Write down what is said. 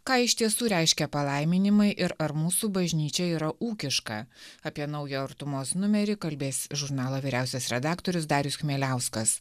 ką iš tiesų reiškia palaiminimai ir ar mūsų bažnyčia yra ūkiška apie naują artumos numerį kalbės žurnalo vyriausias redaktorius darius chmieliauskas